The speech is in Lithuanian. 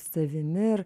savimi ir